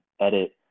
edit